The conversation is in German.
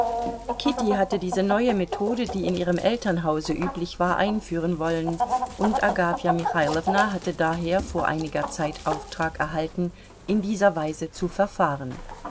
kitty hatte diese neue methode die in ihrem elternhause üblich war einführen wollen und agafja michailowna hatte daher vor einiger zeit auftrag erhalten in dieser weise zu verfahren